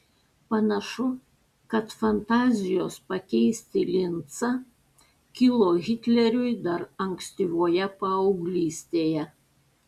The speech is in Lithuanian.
panašu kad fantazijos pakeisti lincą kilo hitleriui dar ankstyvoje paauglystėje